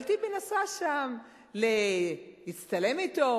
אבל טיבי נסע לשם להצטלם אתו